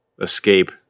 escape